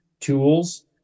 tools